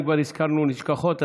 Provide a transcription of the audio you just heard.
אם כבר הזכרנו נשכחות,